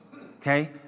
Okay